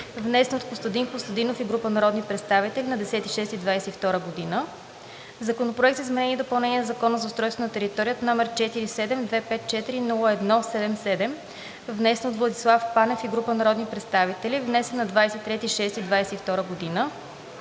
внесен от Костадин Костадинов и група народни представители на 10 юни 2022 г.; Законопроект за изменение и допълнение на Закона за устройство на територията, № 47-254-01-77, внесен от Владислав Панев и група народни представители, внесен на 23 юни 2022 г.;